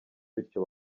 bityo